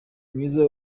mwiza